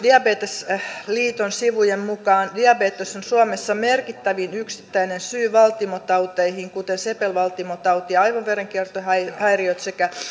diabetesliiton sivujen mukaan diabetes on suomessa merkittävin yksittäinen syy valtimotauteihin kuten sepelvaltimotautiin ja aivoverenkiertohäiriöihin sekä